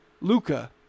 Luca